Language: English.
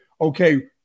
okay